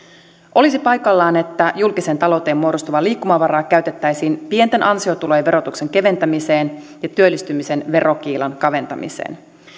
olisi paikallaan että julkiseen talouteen muodostuvaa liikkumavaraa käytettäisiin pienten ansiotulojen verotuksen keventämiseen ja työllistymisen verokiilan kaventamiseen